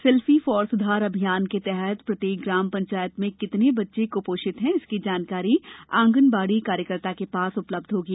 selfie for Sudhar अभियान के तहत प्रत्येक ग्राम पंचायत में कितने बच्चे क्पोषित हैंए इसकी जानकारी आंगनवाड़ी कार्यकर्ताओं के पास उपलब्ध होगी